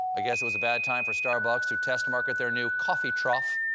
i guess it was a bad time for starbucks to test-market their new coffee trough.